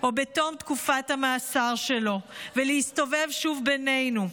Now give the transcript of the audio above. או בתום תקופת המאסר שלו ולהסתובב שוב בינינו.